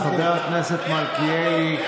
תודה, חבר הכנסת מלכיאלי.